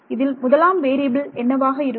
இதில் முதலாம் வேறியபில் என்னவாக இருக்கும்